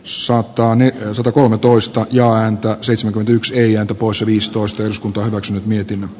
sulttaani on satakolmetoista ja antaa seitsemän x neljä poissa viisitoista jos päätökset mietin